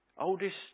oldest